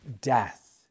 death